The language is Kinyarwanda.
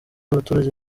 abaturage